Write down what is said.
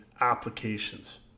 applications